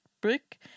brick